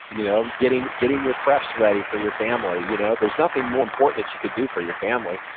you know getting getting your preps ready for your family. you know there's nothing more important that you could do for your family.